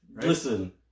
Listen